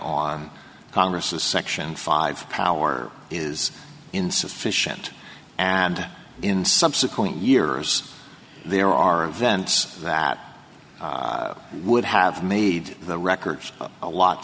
on congress's section five hour is insufficient and in subsequent years there are events that would have made the records a lot